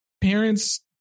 parents